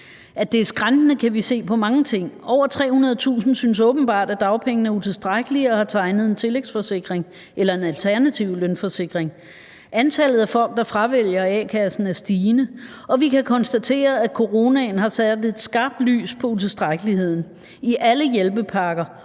At det er skrantende, kan vi se på mange ting: Over 300.000 synes åbenbart, at dagpengene er utilstrækkelige og har tegnet en tillægsforsikring eller en alternativ lønforsikring. Antallet af folk, der fravælger a-kassen, er stigende, og vi kan konstatere, at coronaen har sat et skarpt lys på utilstrækkeligheden. I alle hjælpepakker,